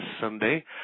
Sunday